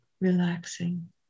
relaxing